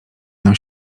nam